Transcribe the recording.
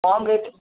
কম rate